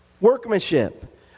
Workmanship